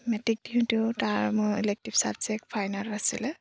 matric দিওঁঁতেও তাৰ মোৰ ইলেক্টিভ ছাবজেক্ট ফাইন আৰ্ট আছিলে